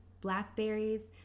blackberries